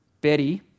Betty